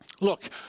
look